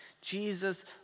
Jesus